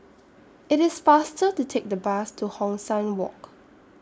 IT IS faster to Take The Bus to Hong San Walk